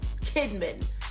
Kidman